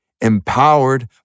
Empowered